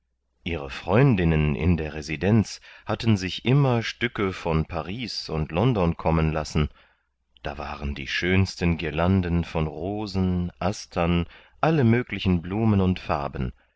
ihre freundinnen in der residenz hatten sich immer stücke von paris und london kommen lassen da waren die schönsten girlanden von rosen astern alle möglichen blumen und farben